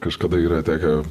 kažkada yra tekę